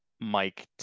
Mike